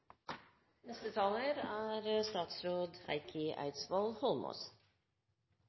Neste taler er